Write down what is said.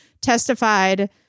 testified